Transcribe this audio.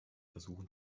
versuchen